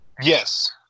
Yes